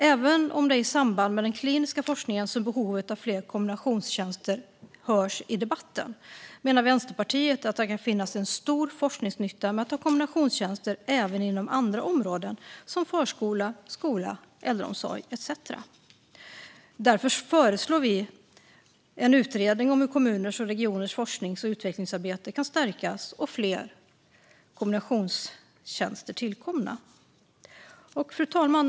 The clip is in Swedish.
Även om det är i samband med den kliniska forskningen som behovet av fler kombinationstjänster hörs i debatten menar Vänsterpartiet att det kan finnas en stor forskningsnytta med att ha kombinationstjänster även inom andra områden, som förskola, skola, äldreomsorg etcetera. Därför föreslår vi att det tillsätts en utredning om hur kommuners och regioners forsknings och utvecklingsarbete kan stärkas och fler kombinationstjänster tillkomma. Fru talman!